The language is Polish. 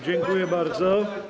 Dziękuję bardzo.